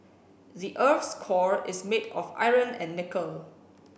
the earth's core is made of iron and nickel